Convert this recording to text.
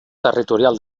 territorial